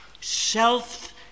self